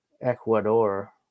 Ecuador